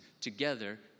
together